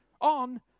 on